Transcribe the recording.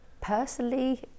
personally